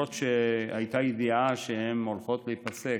למרות שהייתה ידיעה שהן הולכות להיפסק,